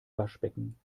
waschbecken